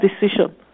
decision